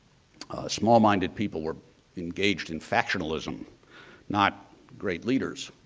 small minded people were engaged in factionalism not great leaders.